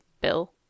Bill